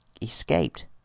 escaped